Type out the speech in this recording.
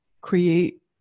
create